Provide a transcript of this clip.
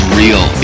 real